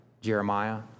Jeremiah